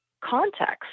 context